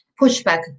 pushback